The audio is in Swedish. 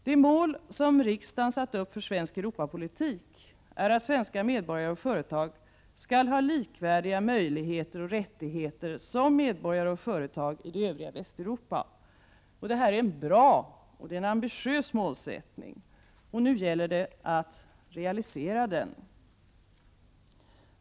Det mål som riksdagen satt upp för svensk Europapolitik är att svenska medborgare och företag skall ha likvärdiga möjligheter och rättigheter som medborgare och företag i det övriga Västeuropa. Det är en bra och ambitiös målsättning. Nu gäller det att realisera den.